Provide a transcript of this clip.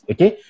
Okay